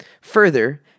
further